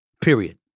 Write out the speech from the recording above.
Period